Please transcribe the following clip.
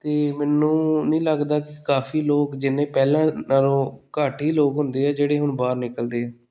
ਤਾਂ ਮੈਨੂੰ ਨਹੀਂ ਲੱਗਦਾ ਕਿ ਕਾਫੀ ਲੋਕ ਜਿੰਨੇ ਪਹਿਲਾਂ ਨਾਲੋਂ ਘੱਟ ਹੀ ਲੋਕ ਹੁੰਦੇ ਆ ਜਿਹੜੇ ਹੁਣ ਬਾਹਰ ਨਿਕਲਦੇ ਏ